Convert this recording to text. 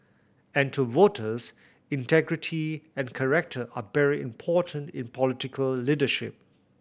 and to voters integrity and character are very important in political leadership